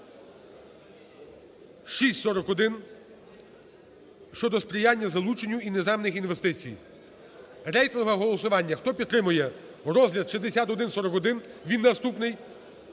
6141 щодо сприяння залученню іноземних інвестицій. Рейтингове голосування. Хто підтримує розгляд 6141, він наступний,